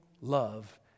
love